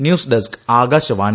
news desk Akashvani